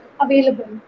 available